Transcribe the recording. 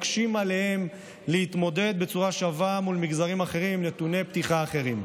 מקשים עליהם להתמודד בצורה שווה מול מגזרים אחרים עם נתוני פתיחה אחרים.